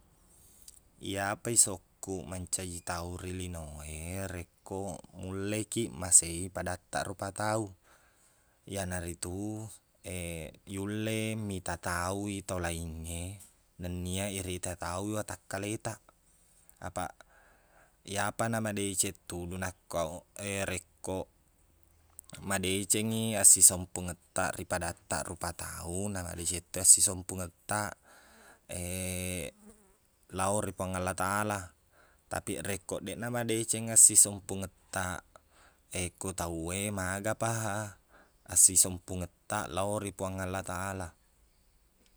Iyapa isokkuq mancaji tau ri lino e, rekko mullekiq masei padattaq rupa tau. Iyanaritu yulle mita tau i tau laing e, nenia irita tau i watakkaletaq. Apaq, iyapa namadeceng tulu nakko aoq- rekko madeceng i asisempungettaq ri padattaq rupa tau, namadeceng to i asisempungettaq lao ri puang Allah ta Allah. Tapi rekko deqna madeceng asisempungettaq ko e tau e, magapaha asisempungettaq lao ri puang Allah ta Allah.